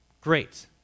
Great